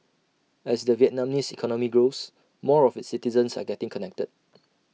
as the Vietnamese economy grows more of its citizens are getting connected